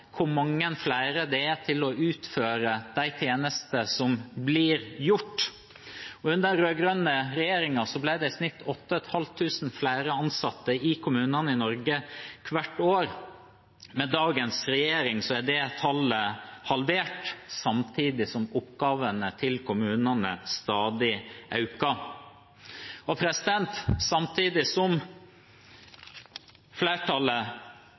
hvor mange flere det er til å utføre de tjenestene som blir gjort. Under den rød-grønne regjeringen ble det i snitt 8 500 flere ansatte i kommunene i Norge hvert år. Med dagens regjering er det tallet halvert, samtidig som oppgavene til kommunene stadig øker. Samtidig som flertallet